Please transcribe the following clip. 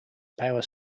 power